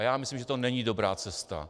Já myslím, že to není dobrá cesta.